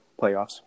playoffs